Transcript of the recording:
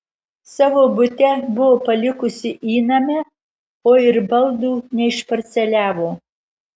savo bute buvo palikusi įnamę o ir baldų neišparceliavo